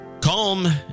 calm